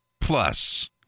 plus